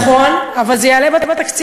נכון, אבל זה יעלה בתקציב.